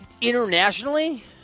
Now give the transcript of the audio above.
Internationally